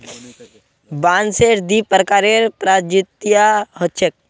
बांसेर दी प्रकारेर प्रजातियां ह छेक